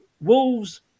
Wolves